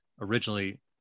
originally